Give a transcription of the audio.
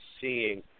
seeing